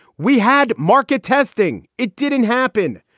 we had market testing. it didn't happen.